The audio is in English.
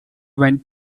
went